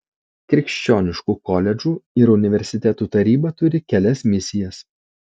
krikščioniškų koledžų ir universitetų taryba turi kelias misijas